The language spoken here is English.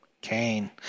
Cain